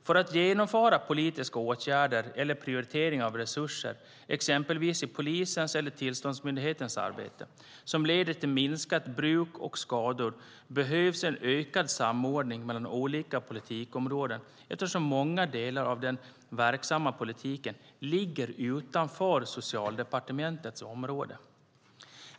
För att genomföra politiska åtgärder eller prioriteringar av resurser, exempelvis i polisens eller tillsynsmyndigheters arbete, som leder till minskat bruk och skador behövs en ökad samordning mellan olika politikområden eftersom många delar av den verksamma politiken ligger utanför Socialdepartementets område.